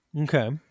okay